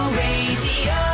radio